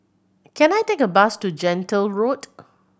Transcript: can I take a bus to Gentle Road